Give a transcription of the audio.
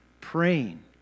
praying